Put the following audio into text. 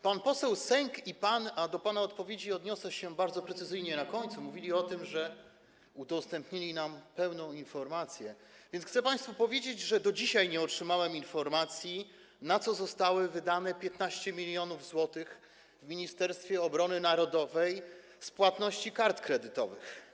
Pan poseł Sęk i pan, a do pana odpowiedzi odniosę się bardzo precyzyjnie na końcu, mówili o tym, że udostępnili nam pełną informację, więc chcę państwu powiedzieć, że do dzisiaj nie otrzymałem informacji, na co zostało wydane 15 mln zł w Ministerstwie Obrony Narodowej z płatności kartami kredytowymi.